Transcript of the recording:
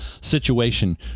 situation